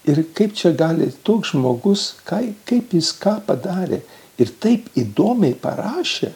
ir kaip čia gali toks žmogus kai kaip jis ką padarė ir taip įdomiai parašė